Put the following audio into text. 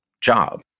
job